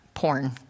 Porn